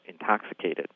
intoxicated